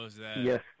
Yes